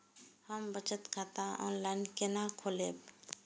हम बचत खाता ऑनलाइन केना खोलैब?